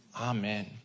Amen